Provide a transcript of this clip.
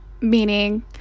Meaning